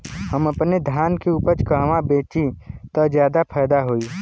हम अपने धान के उपज कहवा बेंचि त ज्यादा फैदा होई?